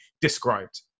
described